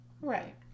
Right